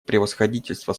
превосходительство